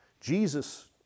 Jesus